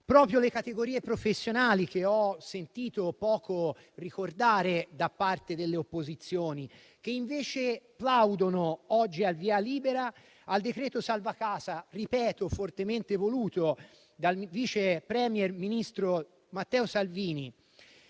proprio le categorie professionali (che ho sentito poco ricordare da parte delle opposizioni), che invece oggi plaudono al via libera al decreto-legge salva casa, fortemente voluto dal vice *premier* Matteo Salvini.